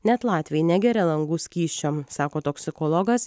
net latviai negeria langų skysčio sako toksikologas